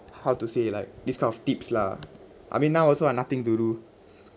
how to say like this kind of tips lah I mean now I also have nothing to do